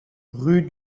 rue